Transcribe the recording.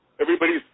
Everybody's